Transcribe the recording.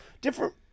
different